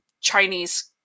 Chinese